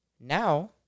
Now